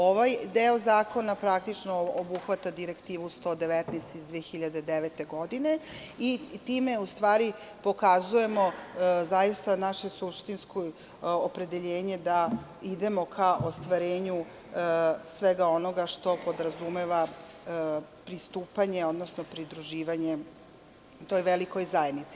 Ovaj deo zakona praktično obuhvata direktivu 119 iz 2009. godine i time u stvari pokazujemo zaista naše suštinsko opredeljenje da idemo ka ostvarenju svega onoga što podrazumeva pristupanje, odnosno pridruživanje toj velikoj zajednici.